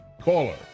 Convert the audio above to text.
caller